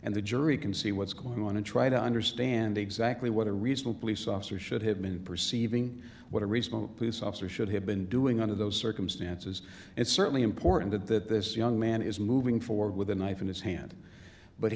and the jury can see what's going on and try to understand exactly what a regional police officer should have been perceiving what a recent police officer should have been doing under those circumstances it's certainly important that this young man is moving forward with a knife in his hand but